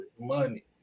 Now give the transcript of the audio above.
money